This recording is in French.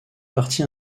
partie